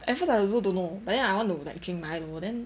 at first I also don't know but then I want to like drink milo then